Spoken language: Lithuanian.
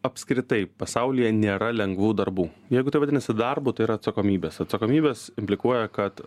apskritai pasaulyje nėra lengvų darbų jeigu tai vadinasi darbu tai yra atsakomybės atsakomybės implikuoja kad